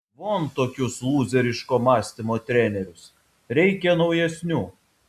von tokius lūzeriško mąstymo trenerius reikia naujesnių